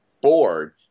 board